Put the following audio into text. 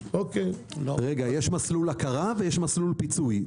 יש מסלול הכרה ומסלול פיצוי.